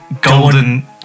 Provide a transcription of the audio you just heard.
golden